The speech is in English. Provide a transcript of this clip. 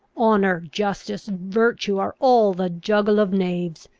honour, justice, virtue, are all the juggle of knaves!